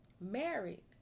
married